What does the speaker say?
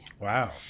Wow